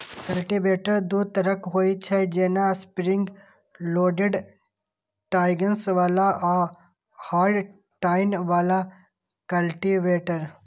cultivator दू तरहक होइ छै, जेना स्प्रिंग लोडेड टाइन्स बला आ हार्ड टाइन बला कल्टीवेटर